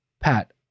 Pat